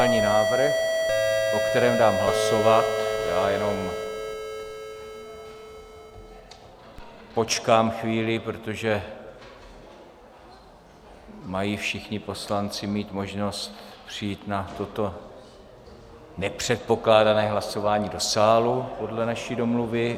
Já jenom počkám chvíli, protože mají všichni poslanci mít možnost přijít na toto nepředpokládané hlasování do sálu podle naší domluvy.